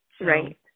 Right